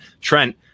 Trent